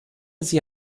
sie